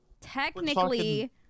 technically